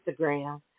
Instagram